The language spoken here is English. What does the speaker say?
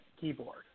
keyboard